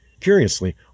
Curiously